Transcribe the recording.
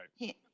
Right